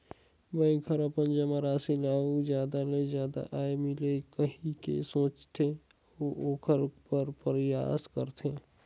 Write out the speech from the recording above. bank हर अपन जमा राशि ले अउ जादा ले जादा आय मिले कहिके सोचथे, अऊ ओखर बर परयास करथे